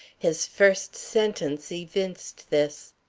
his first sentence evinced this.